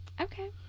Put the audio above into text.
Okay